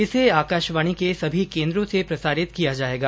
इसे आकाशवाणी के सभी केन्द्रों से प्रसारित किया जायेगा